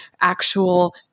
actual